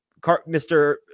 Mr